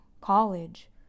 college